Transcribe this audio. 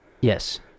Yes